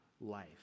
life